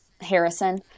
Harrison—